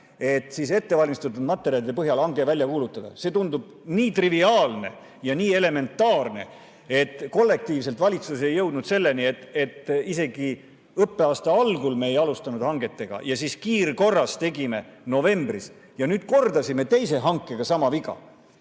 laine, ettevalmistatud materjalide põhjal hange välja kuulutada. See tundub nii triviaalne ja nii elementaarne, ent kollektiivselt valitsus ei jõudnud selleni, et isegi õppeaasta algul me ei alustanud hangetega ja siis kiirkorras tegime novembris. Ja nüüd kordasime teise hankega sama viga.